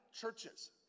churches